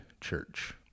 church